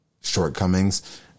shortcomings